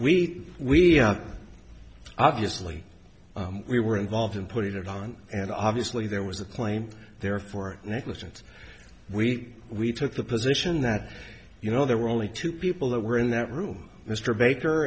we we obviously we were involved in putting it on and obviously there was a claim there for negligence we we took the position that you know there were only two people that were in that room mr